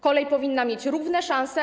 Kolej powinna mieć równe szanse.